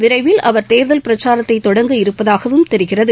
விரைவில் அவர் தேர்தல் பிரச்சாரத்தை தொடங்க இருப்பதாகவும் தெரிகிறது